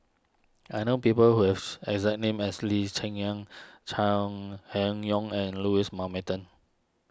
I know people who have exact name as Lee Cheng Yan Chai Hon Yoong and Louis Mountbatten